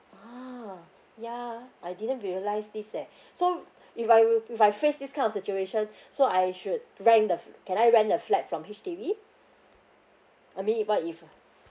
ah yeah I didn't realise this eh so if I will if I face this kind of situation so I should rent the can I rent the flat from H_D_B I mean if what if uh